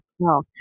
No